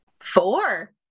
Four